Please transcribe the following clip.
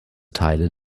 teile